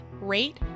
rate